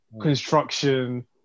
construction